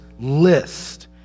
list